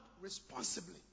responsibly